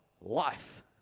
Life